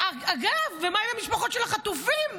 אגב, ומה עם המשפחות של החטופים?